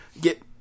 Get